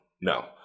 No